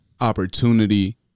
opportunity